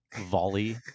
volley